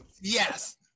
yes